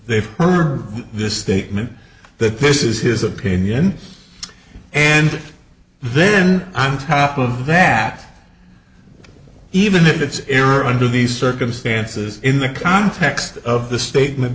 this statement that this is his opinion and then on top of that even if it's air under these circumstances in the context of the statement